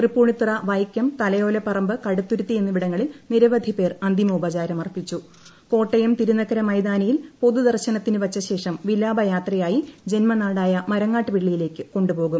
തൃപ്പൂണിത്തുറ്റു ക്ലെവക്കം തലയോലപ്പറമ്പ് കടുത്തുരുത്തി എന്നിവ്വിടങ്ങളിൽ നിരവധി പേർ അന്തിമോപചാരമർപ്പിച്ചു കോട്ടയം തിരുനക്കര മൈതാനിയിൽ പൊതുദർശനത്തിനു വച്ച ശേഷം വിലാപയാത്രയായി ജന്മനാടായ മരങ്ങാട്ട്പിള്ളിയിലേക്ക് കൊണ്ടുപോകും